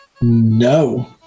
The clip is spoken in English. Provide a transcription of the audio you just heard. No